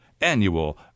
annual